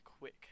quick